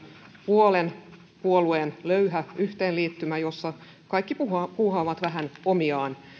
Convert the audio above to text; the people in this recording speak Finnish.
puolen puolueen löyhä yhteenliittymä jossa kaikki puuhaavat puuhaavat vähän omiaan